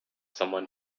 someone